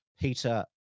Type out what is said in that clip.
Peter